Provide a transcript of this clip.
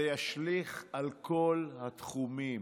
זה ישליך על כל התחומים: